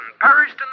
perished